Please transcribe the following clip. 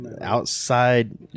outside